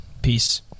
Peace